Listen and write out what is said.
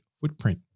footprint